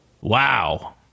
Wow